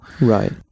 right